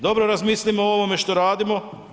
Dobro razmislimo o ovome što radimo.